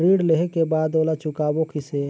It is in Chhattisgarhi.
ऋण लेहें के बाद ओला चुकाबो किसे?